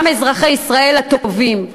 גם אזרחי ישראל הטובים.